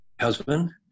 husband